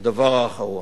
זה הדבר האחרון.